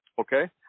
okay